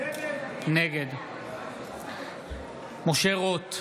נגד משה רוט,